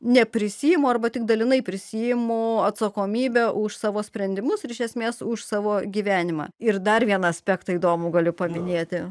neprisiimu arba tik dalinai prisiimu atsakomybę už savo sprendimus ir iš esmės už savo gyvenimą ir dar vieną aspektą įdomu galiu paminėti